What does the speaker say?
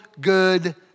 good